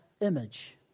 image